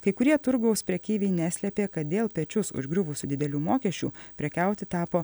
kai kurie turgaus prekeiviai neslėpė kad dėl pečius užgriuvusių didelių mokesčių prekiauti tapo